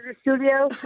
studio